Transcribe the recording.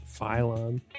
phylum